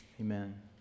Amen